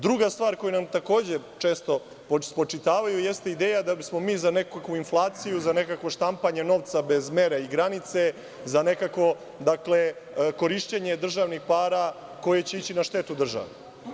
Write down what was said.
Druga stvar koju nam takođe često spočitavaju jeste ideja da bismo mi za nekakvu inflaciju, za nekakvo štampanje novca bez mera i granice, za nekakvo korišćenje državnih para koje će ići na štetu države.